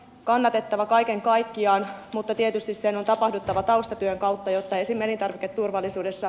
kannatettavaa kaiken kaikkiaan mutta tietysti sen on tapahduttava taustatyön kautta jotta esimerkiksi